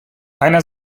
einer